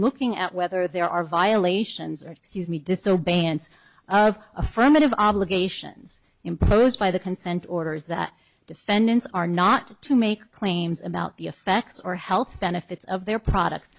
looking at whether there are violations or excuse me disobeying it's affirmative obligations imposed by the consent orders that defendants are not to make claims about the effects or health benefits of their products